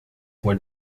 were